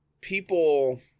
people